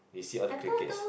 you see all the crickets